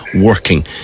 working